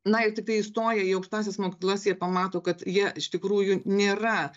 na ir tiktai įstoję į aukštąsias mokyklas jie pamato kad jie iš tikrųjų nėra